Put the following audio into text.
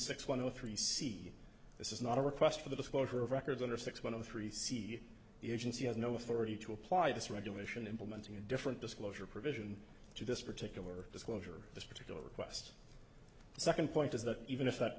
six one of the three c this is not a request for the disclosure of records under six one of the three c the agency has no authority to apply this regulation implementing a different disclosure provision to this particular disclosure this particular request the second point is that even if that